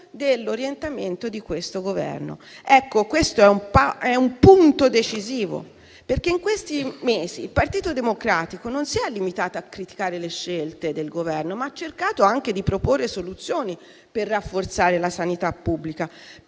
dell'orientamento di questo Governo. Questo è un punto decisivo e in questi mesi il Partito Democratico non si è limitato a criticare le scelte del Governo, ma ha cercato anche di proporre soluzioni per rafforzare la sanità pubblica,